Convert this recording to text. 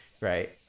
right